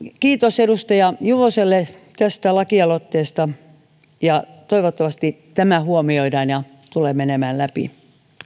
kiitos edustaja juvoselle tästä lakialoitteesta toivottavasti tämä huomioidaan ja tulee menemään läpi